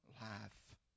life